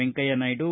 Venkaiah Naidu